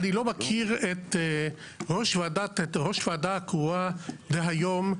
לא מכיר את ראש הוועדה קרואה דה היום.